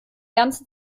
ganze